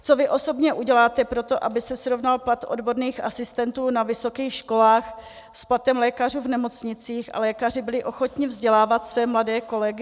Co vy osobně uděláte pro to, aby se srovnal plat odborných asistentů na vysokých školách s platem lékařů v nemocnicích a lékaři byli ochotni vzdělávat své mladé kolegy?